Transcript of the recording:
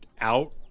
out